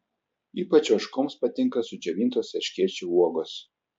ypač ožkoms patinka sudžiovintos erškėčių uogos